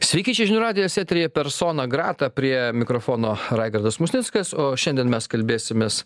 sveiki čia žinių radijas eteryje persona grata prie mikrofono raigardas musnickas o šiandien mes kalbėsimės